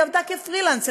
היא עבדה כפרילנסרית.